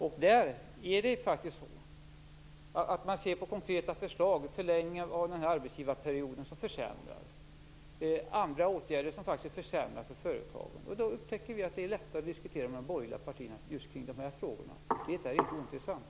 Ser man på konkreta förslag, kan man t.ex. ta den här förlängningen av arbetsgivarperioden. Den försämrar. Det finns också andra åtgärder som faktiskt försämrar för företagen. Då upptäcker vi att det är lättare att diskutera med de borgerliga partierna kring just de här frågorna. Det är inte ointressant.